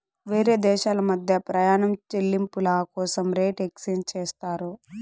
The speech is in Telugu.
వేరే దేశాల మధ్య ప్రయాణం చెల్లింపుల కోసం రేట్ ఎక్స్చేంజ్ చేస్తారు